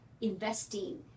investing